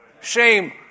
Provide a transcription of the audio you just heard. Shame